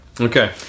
Okay